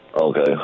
Okay